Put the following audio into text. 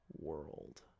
world